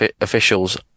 officials